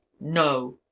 No